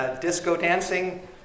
disco-dancing